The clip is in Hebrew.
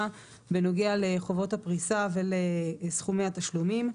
בנוגע לחובות הפריסה ולסכומי התשלומים.